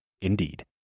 Indeed